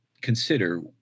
consider